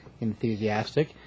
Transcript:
Enthusiastic